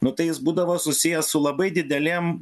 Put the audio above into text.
nu tai jis būdavo susijęs su labai didelėm